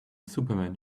superman